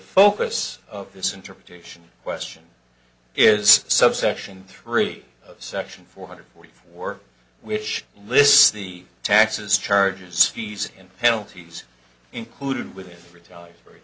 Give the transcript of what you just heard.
focus of this interpretation question is subsection three of section four hundred forty four which lists the taxes charges fees and penalties including with retaliatory